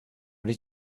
did